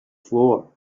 floor